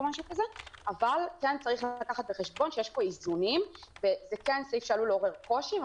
אבל צריך לקחת בחשבון שיש פה איזונים וזה סעיף שעלול לעורר קושי.